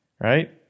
right